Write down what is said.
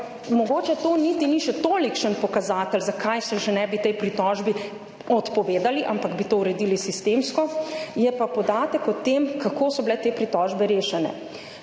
mogoče to še niti ni tolikšen pokazatelj, zakaj se že ne bi tej pritožbi odpovedali, ampak bi to uredili sistemsko. Je pa podatek o tem, kako so bile te pritožbe rešene.